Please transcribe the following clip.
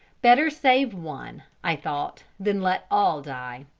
better save one, i thought, than let all die.